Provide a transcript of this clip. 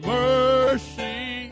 mercy